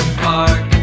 park